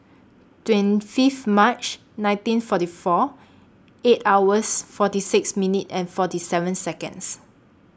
twenty Fifth March nineteen forty four eight hours forty six minutes and forty seven Seconds